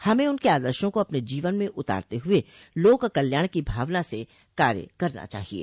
हमें उनके आदर्शो को अपने जीवन में उतारते हुए लोक कल्याण की भावना से कार्य करना चाहिये